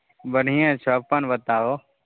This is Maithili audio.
बढ़िएँ छऽ अप्पन बताबऽ